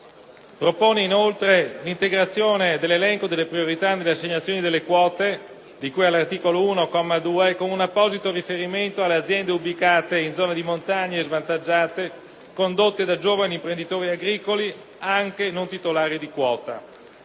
propone inoltre l'integrazione dell'elenco delle priorità nelle assegnazioni delle quote, di cui all'articolo 1, comma 2, con un apposito riferimento alle aziende ubicate in zone di montagna e svantaggiate condotte da giovani imprenditori agricoli, anche non titolari di quota.